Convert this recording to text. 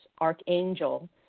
archangel